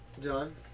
John